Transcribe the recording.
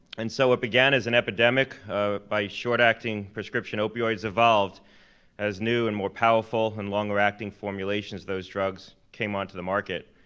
and so what began as an epidemic by short-acting prescription opioids evolved as new and more powerful and longer-acting formulations of those drugs came onto the market.